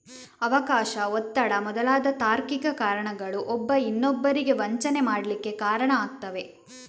ಅವಕಾಶ, ಒತ್ತಡ ಮೊದಲಾದ ತಾರ್ಕಿಕ ಕಾರಣಗಳು ಒಬ್ಬ ಇನ್ನೊಬ್ಬರಿಗೆ ವಂಚನೆ ಮಾಡ್ಲಿಕ್ಕೆ ಕಾರಣ ಆಗ್ತವೆ